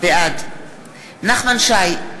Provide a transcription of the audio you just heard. בעד נחמן שי,